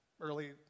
early